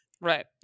Right